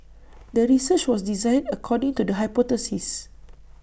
the research was designed according to the hypothesis